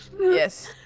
Yes